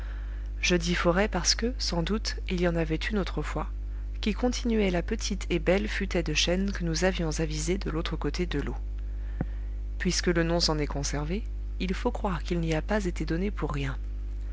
dis forêt parce que sans doute il y en avait une autrefois qui continuait la petite et belle futaie de chênes que nous avions avisée de l'autre côté de l'eau puisque le nom s'en est conservé il faut croire qu'il n'y a pas été donné pour rien